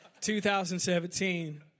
2017